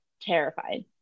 terrified